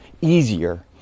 easier